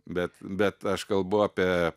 bet bet aš kalbu apie